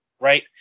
right